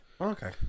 Okay